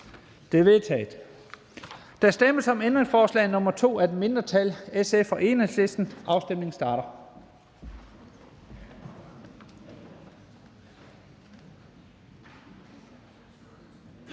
Det er vedtaget. Der stemmes om ændringsforslag nr. 2 af et mindretal (SF og EL), og afstemningen starter.